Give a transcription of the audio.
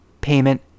payment